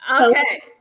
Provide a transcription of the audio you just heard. Okay